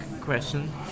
question